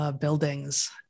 buildings